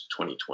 2020